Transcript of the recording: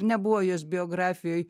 nebuvo jos biografijoj